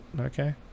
okay